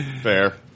Fair